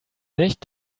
nicht